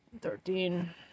thirteen